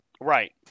Right